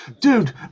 dude